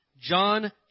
John